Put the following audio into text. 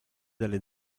delle